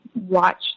watch